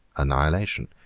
annihilation.